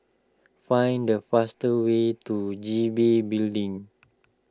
find the fastest way to G B Building